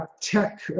tech